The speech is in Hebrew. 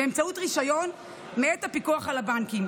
באמצעות רישיון מאת הפיקוח על הבנקים.